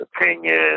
opinions